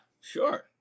sure